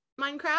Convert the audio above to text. Minecraft